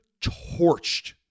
torched